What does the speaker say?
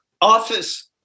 office